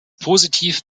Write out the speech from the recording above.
positiv